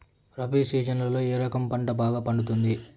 రబి సీజన్లలో ఏ రకం పంట బాగా పండుతుంది